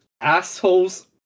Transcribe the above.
assholes